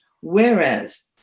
Whereas